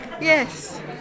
Yes